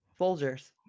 Folgers